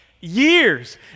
years